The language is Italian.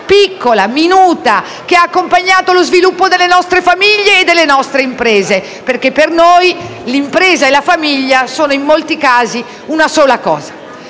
piccola e minuta che ha accompagnato lo sviluppo delle nostre famiglie e delle nostre imprese (perché per noi l'impresa e la famiglia sono in molti casi una cosa sola).